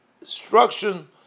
instruction